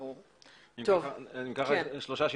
אם כך שלושה שינויים,